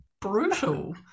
Brutal